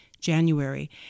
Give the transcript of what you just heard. January